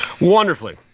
Wonderfully